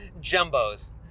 Jumbo's